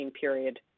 period